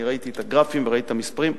אני ראיתי את הגרפים וראיתי את המספרים,